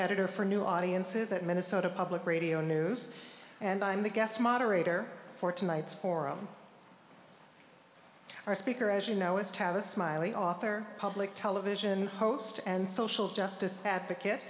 editor for new audiences at minnesota public radio news and i'm the gas moderator for tonight's forum our speaker as you know is to have a smiley author public television host and social justice advocate